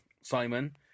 Simon